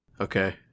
Okay